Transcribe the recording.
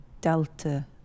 Delta